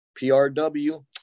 PRW